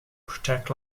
protect